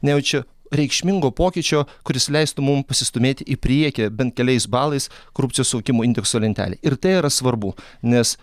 nejaučia reikšmingo pokyčio kuris leistų mum pasistūmėti į priekį bent keliais balais korupcijos suvokimo indekso lentelėje ir tai yra svarbu nes